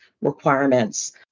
requirements